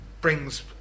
brings